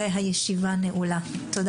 תודה